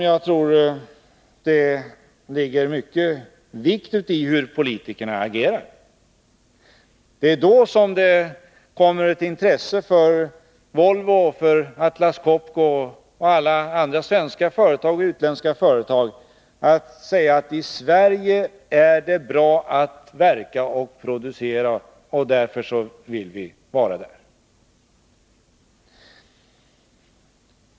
Jag tror att det är mycket viktigt hur politikerna agerar på den punkten. Det är därpå det beror om Volvo, Atlas Copco och alla andra svenska och utländska företag skall säga att det är bra att verka och producera i Sverige och att man därför vill göra det.